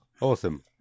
Awesome